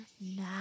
now